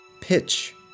Pitch